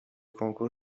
کنکور